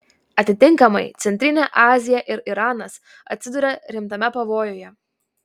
atitinkamai centrinė azija ir iranas atsiduria rimtame pavojuje